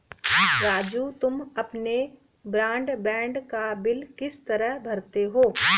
राजू तुम अपने ब्रॉडबैंड का बिल किस तरह भरते हो